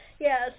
yes